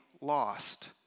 lost